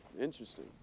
interesting